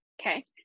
okay